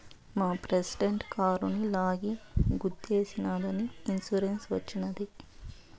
మా ప్రెసిడెంట్ కారుని లారీ గుద్దేశినాదని ఇన్సూరెన్స్ వచ్చినది